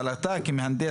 אבל אתה כמהנדס,